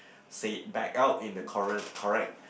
say it back out in the corre~ correct